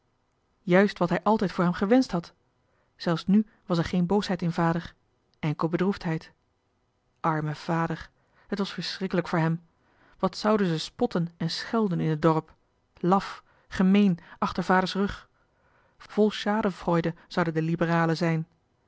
juist wat hij altijd voor hem gewenscht had zelfs nu was er geen boosheid in vader enkel bedroefdheid arme vader t was verschrikkelijk voor hem wat zouden ze spotten en schelden in t dorp laf gemeen achter vaders rug vol schadenfreude zouden de liberalen zijn